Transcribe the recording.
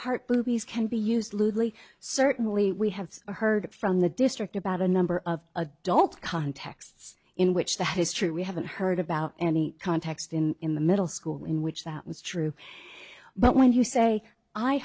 heart boobies can be used loosely certainly we have heard it from the district about a number of adult contexts in which the history we haven't heard about any context in in the middle school in which that was true but when you say i